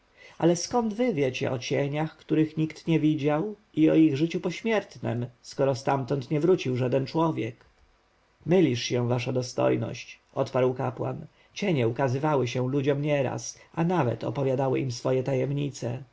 ale skąd wy wiecie o cieniach których nikt nie widział i o ich życiu pośmiertnem skoro stamtąd nie wrócił żaden człowiek mylisz się wasza dostojność odparł kapłan cienie ukazywały się ludziom nieraz a nawet opowiadały im swoje tajemnice